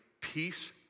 peace